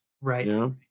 Right